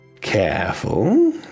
Careful